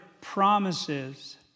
promises